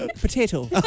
Potato